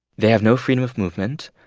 they have no freedom of movement.